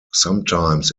sometimes